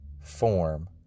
form